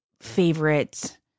favorite